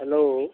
hello